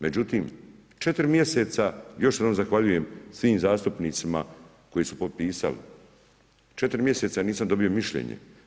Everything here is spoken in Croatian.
Međutim, 4 mjeseca, još se jednom zahvaljujem svim zastupnicima koji su potpisali, 4 mjeseca nisam dobio mišljenje.